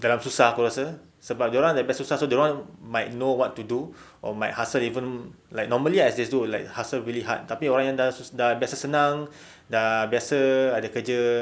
dalam susah aku rasa sebab dorang dah biasa susah so dorang might know what to do or might hustle even like normally ah they do like hustle really hard tapi orang yang dah dah biasa senang dah biasa ada kerja